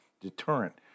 deterrent